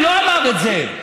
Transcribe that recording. הוא לא אמר את זה.